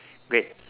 great